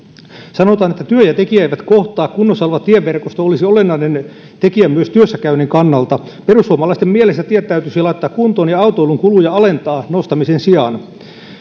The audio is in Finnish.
sanotaan että työ ja tekijä eivät kohtaa kunnossa oleva tieverkosto olisi olennainen tekijä myös työssäkäynnin kannalta perussuomalaisten mielestä tiet täytyisi laittaa kuntoon ja autoilun kuluja alentaa nostamisen sijaan